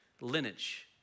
lineage